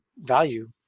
value